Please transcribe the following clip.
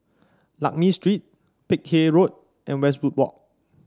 Lakme Street Peck Hay Road and Westwood Walk